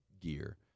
gear